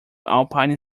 alpine